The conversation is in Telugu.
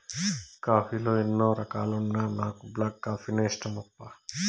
కాఫీ లో ఎన్నో రకాలున్నా నాకు బ్లాక్ కాఫీనే ఇష్టమప్పా